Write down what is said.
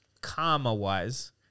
karma-wise